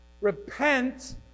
repent